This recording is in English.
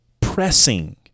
pressing